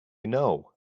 know